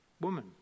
woman